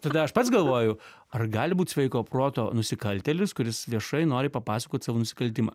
tada aš pats galvoju ar gali būt sveiko proto nusikaltėlis kuris viešai nori papasakot savo nusikaltimą